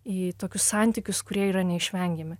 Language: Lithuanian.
į tokius santykius kurie yra neišvengiami